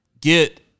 get